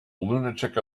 lunatic